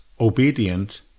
obedient